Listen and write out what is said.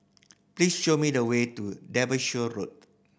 please show me the way to Derbyshire Road